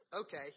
okay